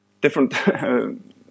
different